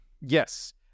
yes